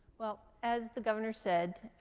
well, as the governor said,